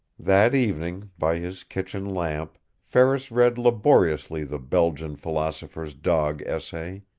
that evening, by his kitchen lamp, ferris read laboriously the belgian philosopher's dog essay.